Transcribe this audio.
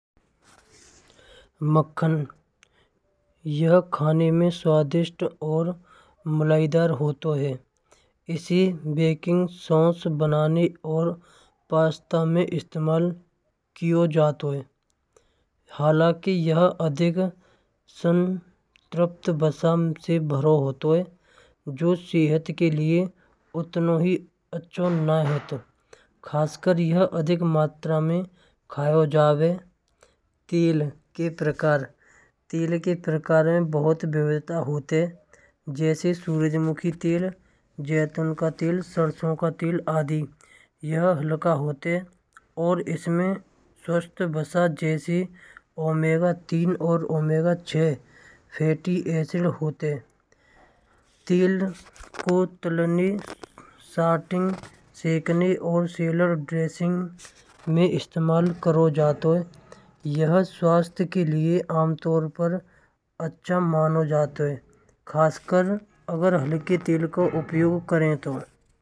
मक्खन खाने में स्वादिष्ट और मलाईदार होतौ है। इसे बेकिंग इसोसि बनाने और पास्ता में इस्तेमाल कियो जातौ हय। हालकि यह अधिक संतृप्त वसा से भ्रो होतौ हय। सेहत के लिए उतना ही अच्छा ना होतौ। ज्यादा मात्रा में खाया। जावे तेल के प्रकार तेल की तरह कार्य बहुत विविध होते। जैसे सूरजमुखी तीर जैतून का तेल सरसों का तेल आदि यह हल्का होते और इसमें स्वस्थ भाषा जैसे ओमेगा थ्री और ओमेगा सिक्स फैटी एसिड्स होते हय। तेल को तलाने सेटिंग सेकने और सोलर ड्रेसिंग में इस्तमाल करौ जातौ हय। यह स्वास्थ्य के लिए अक्सर पर अच्छा मानौ जातौ हय। खासकर अगर हल्की तेल को प्रयोग करें तो।